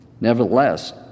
Nevertheless